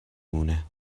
مونه